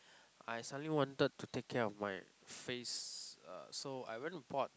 I suddenly wanted to take care of my face uh so I went to bought